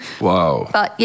Wow